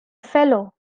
fellow